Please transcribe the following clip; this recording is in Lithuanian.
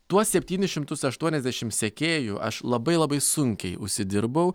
tuos septynis šimtus aštuoniasdešimt sekėjų aš labai labai sunkiai užsidirbau